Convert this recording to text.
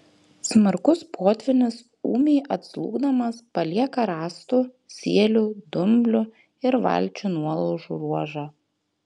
smarkus potvynis ūmiai atslūgdamas palieka rąstų sielių dumblių ir valčių nuolaužų ruožą